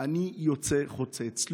אני יוצא חוצץ.